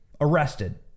Arrested